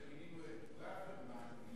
בגלל זה מינינו את ברוורמן, להיות,